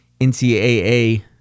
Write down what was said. NCAA